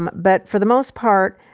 um but for the most part,